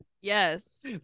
yes